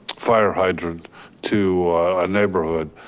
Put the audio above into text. fire hydrant to a neighborhood?